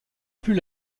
plus